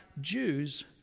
Jews